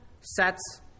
sets